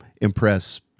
impress